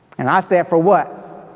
and i said, for what?